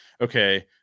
okay